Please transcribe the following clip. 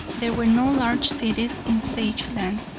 there were no large cities in sageland.